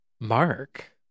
Mark